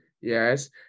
Yes